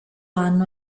anno